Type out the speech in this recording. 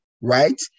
right